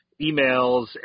emails